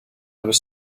was